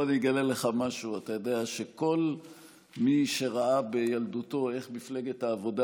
בוא אני אגלה לך משהו: אתה יודע שכל מי שראה בילדותו איך מפלגת העבודה